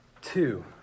Two